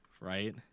right